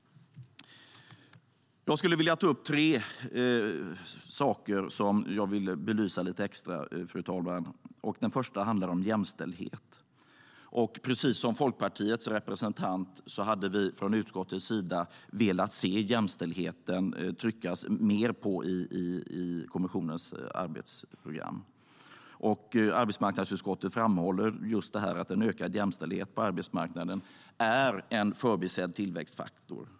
Fru talman! Jag skulle vilja belysa tre saker lite extra. Den första handlar om jämställdhet. Precis som Folkpartiets representant hade vi från utskottets sida velat se att man tryckte mer på jämställdheten i kommissionens arbetsprogram. Arbetsmarknadsutskottet framhåller just att en ökad jämställdhet på arbetsmarknaden är en förbisedd tillväxtfaktor.